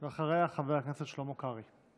אחריה, חבר הכנסת שלמה קרעי.